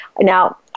Now